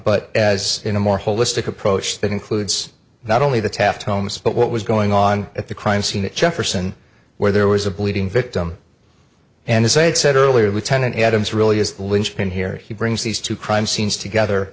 but as in a more holistic approach that includes not only the taft homes but what was going on at the crime scene at jefferson where there was a bleeding victim and his aides said earlier lieutenant adams really is the linchpin here he brings these two crime scenes together